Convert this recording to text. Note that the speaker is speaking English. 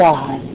God